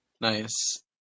Nice